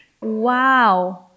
Wow